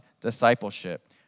discipleship